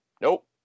nope